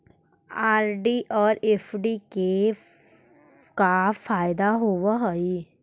RD और FD के का फायदा होव हई?